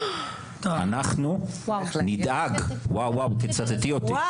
אנחנו נדאג טוב